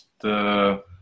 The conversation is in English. the-